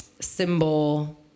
symbol